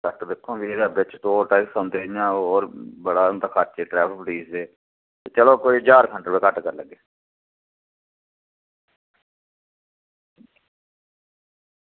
ते एह्दे toll tax होर बड़ा खर्च होंदे ट्रैफिक पुलिस दे चलो कोई ज्हार हंड रपेआ खर्च करी लैगे